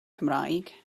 cymraeg